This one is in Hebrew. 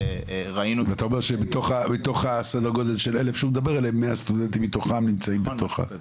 אתה אומר שמתוך כ-1,000 שהוא מדבר עליהם 100 סטודנטים נמצאים בתוך זה.